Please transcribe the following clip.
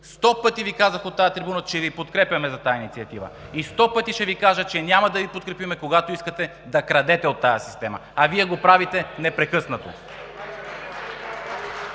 Сто пъти Ви казах от тази трибуна, че Ви подкрепяме за тази инициатива и сто пъти ще Ви кажа, че няма да Ви подкрепим, когато искате да крадете от тази система, а Вие го правите непрекъснато.